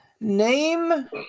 Name